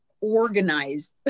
organized